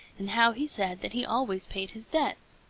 and how he said that he always paid his debts.